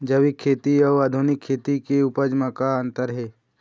जैविक खेती अउ आधुनिक खेती के उपज म का अंतर हे?